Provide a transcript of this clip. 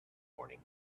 morning